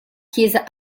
chiesa